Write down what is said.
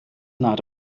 not